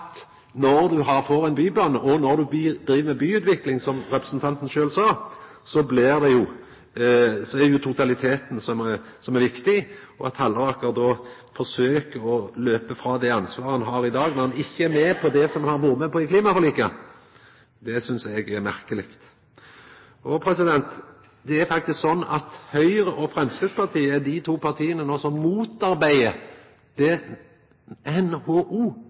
når ein får ein bybane, og når ein driv med byutvikling, som representanten sjølv sa, så er det jo totaliteten som er viktig. At Halleraker då forsøkjer å springa frå det ansvaret han har i dag, og ikkje er med på det som han har vore med på i klimaforliket, synest eg er merkeleg. Det er faktisk sånn at Høgre og Framstegspartiet no er dei to partia som motarbeider det